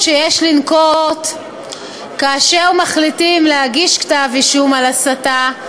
שיש לנקוט כאשר מחליטים להגיש כתב-אישום על הסתה,